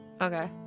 Okay